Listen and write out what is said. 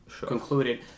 concluded